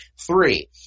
Three